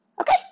Okay